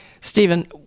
Stephen